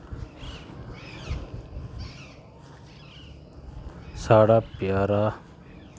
साढ़ा प्यारा